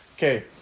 Okay